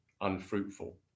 unfruitful